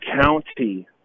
county